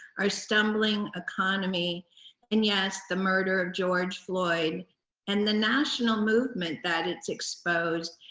our stumbling economy and yes, the murder of george floyd and the national movement that it's exposed,